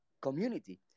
community